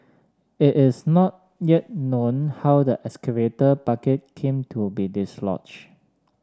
it is not yet known how the excavator bucket came to be dislodged